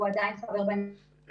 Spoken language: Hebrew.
הוא עדיין חבר בנבחרת.